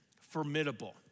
formidable